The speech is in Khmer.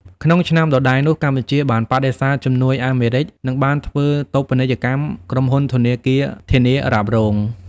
ក្នុងឆ្នាំដដែលនោះ កម្ពុជាបានបដិសេធជំនួយអាមេរិក និងបានធ្វើ តូបនីយកម្ម ក្រុមហ៊ុនធនាគារធានារ៉ាប់រង។